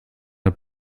der